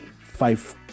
five